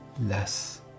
less